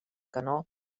canó